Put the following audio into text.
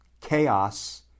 chaos